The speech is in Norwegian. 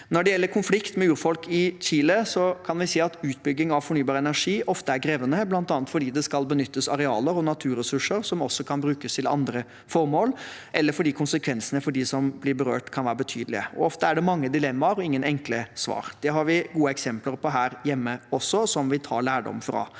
Når det gjelder konflikt med urfolk i Chile, kan vi si at utbygging av fornybar energi ofte er krevende, bl.a. fordi det skal benyttes arealer og naturressurser som også kan brukes til andre formål, eller fordi konsekvensene for dem som blir berørt, kan være betydelige. Ofte er det mange dilemmaer og ingen enkle svar. Det har vi også gode eksempler på her hjemme, som vi tar lærdom fra.